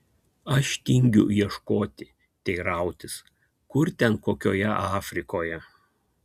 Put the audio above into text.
aš tingiu ieškoti teirautis kur ten kokioje afrikoje